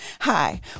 Hi